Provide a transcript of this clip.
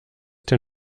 der